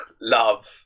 love